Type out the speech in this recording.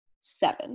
seven